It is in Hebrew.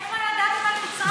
איך לא ידעתם על מצרים,